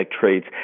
traits